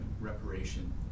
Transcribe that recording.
reparation